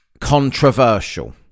controversial